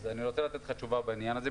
אני רוצה לתת לך תשובה בעניין הזה,